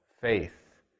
faith